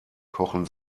kochen